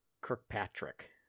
Kirkpatrick